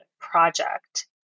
project